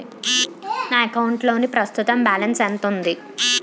నా అకౌంట్ లోని ప్రస్తుతం బాలన్స్ ఎంత ఉంది?